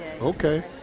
Okay